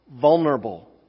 vulnerable